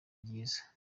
ryiza